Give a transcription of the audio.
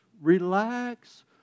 relax